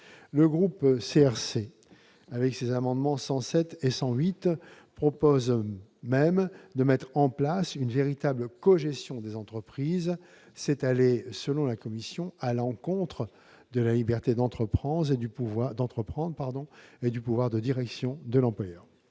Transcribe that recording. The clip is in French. Le groupe CRC, au travers de ses amendements n 107 et 108, propose même de mettre en place une véritable cogestion des entreprises. Ce serait aller, selon la commission, à l'encontre de la liberté d'entreprendre et du pouvoir de direction de l'employeur.